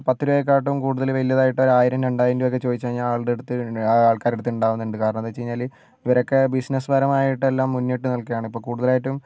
പത്ത് രൂപയെക്കാട്ടും കൂടുതൽ വലിയതായിട്ട് ഒരു ആയിരം രണ്ടായിരം രൂപയൊക്കെ ചോദിച്ച് കഴിഞ്ഞാൽ ആളുടെ എടുത്ത് ആൾക്കാരുടെ അടുത്ത് ഉണ്ടാവുന്നുണ്ട് കാരണം എന്ന് വെച്ചുകഴിഞ്ഞാൽ ഇവരൊക്കെ ബിസിനസ്സ് പരമായിട്ട് എല്ലാം മുന്നിട്ട് നിൽക്കുകയാണ് ഇപ്പം കൂടുതലായിട്ടും